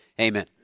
Amen